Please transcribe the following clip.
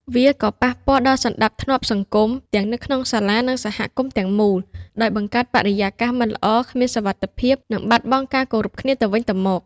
វាក៏ ប៉ះពាល់ដល់សណ្តាប់ធ្នាប់សង្គម ទាំងនៅក្នុងសាលា និងសហគមន៍ទាំងមូល ដោយបង្កើតបរិយាកាសមិនល្អ គ្មានសុវត្ថិភាព និងបាត់បង់ការគោរពគ្នាទៅវិញទៅមក។